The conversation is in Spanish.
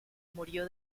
murió